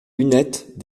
lunettes